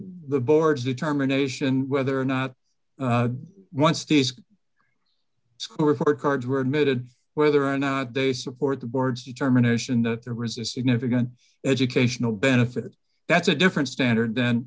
the board's determination whether or not once these school report cards were admitted whether or not they support the board's determination to resist even if again educational benefit that's a different standard then